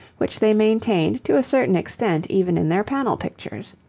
which they maintained to a certain extent even in their panel pictures.